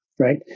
Right